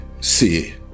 see